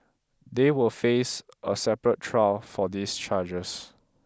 they will face a separate trial for these charges